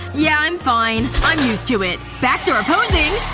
yeah, i'm fine. i'm used to it. back to our posing!